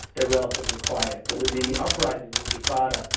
they're relatively quiet. but with the uprising the intifada,